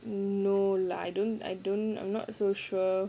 no lah I don't I don't I'm not so sure